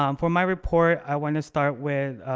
um for my report i want to start with